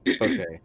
Okay